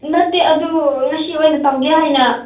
ꯅꯠꯇꯦ ꯑꯗꯨ ꯉꯁꯤ ꯑꯣꯏꯅ ꯇꯧꯒꯦ ꯍꯥꯏꯅ